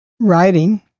writing